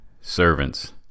Servants